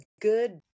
good